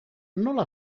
nola